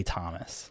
Thomas